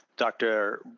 Dr